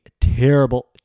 terrible